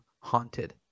haunted